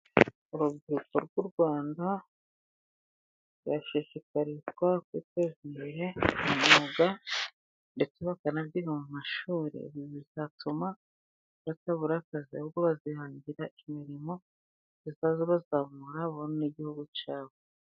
Urubyiruko rw'u Rwanda bashishikarizwa kwiteza yuwuga ndetse bakanab mu mashuri, ibi bizatuma batabura akazi, ubwo bazihangira imirimo bazaza bazamura abenegihugu cyabo.